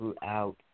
throughout